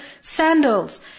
sandals